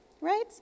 right